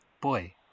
boy